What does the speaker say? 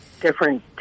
different